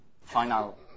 Final